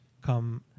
come